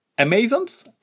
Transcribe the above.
Amazons